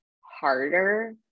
harder